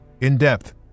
in-depth